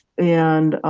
and